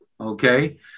Okay